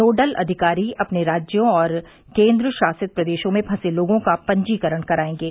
nodal अधिकारी अपने राज्यों और केंद्र शासित प्रदेशों में फसे लोगों का पंजीकरण कराएंगे